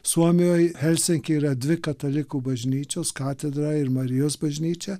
suomijoj helsinky yra dvi katalikų bažnyčios katedra ir marijos bažnyčia